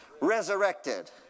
resurrected